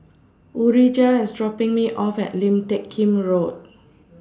Urijah IS dropping Me off At Lim Teck Kim Road